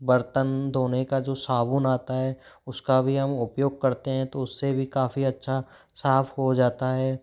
बर्तन धोने का जो साबुन आता है उसका भी हम उपयोग करते हैं तो उससे भी काफ़ी अच्छा साफ हो जाता है